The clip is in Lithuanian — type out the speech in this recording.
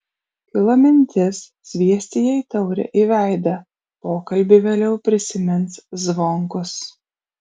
kilo mintis sviesti jai taurę į veidą pokalbį vėliau prisimins zvonkus